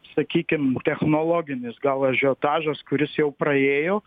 sakykim technologinis gal ažiotažas kuris jau praėjo